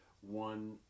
one